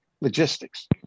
logistics